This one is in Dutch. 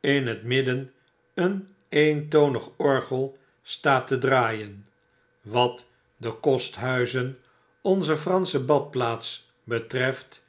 in het midden een eentonig orgel staat te draaien wat de kosthuizen onzer fransche badplaats betreft